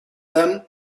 them